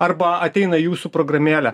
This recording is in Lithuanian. arba ateina į jūsų programėlę